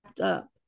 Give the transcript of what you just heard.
up